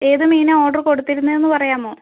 ഏത് മീനാണ് ഓഡറ് കൊടുത്തിരുന്നതെന്ന് പറയാമോ